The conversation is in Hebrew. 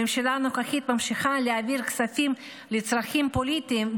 הממשלה הנוכחית ממשיכה להעביר כספים לצרכים פוליטיים,